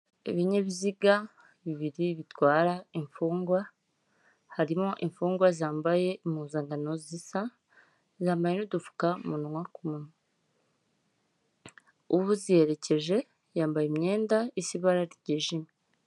Ibinyabiziga bibiri bitwara imfungwa, harimo imfungwa zambaye impuzankano zisa, zambaye n'udupfukamunwa ku munwa. Uba uziherekeje yambaye imyenda isa ibara ryijimye.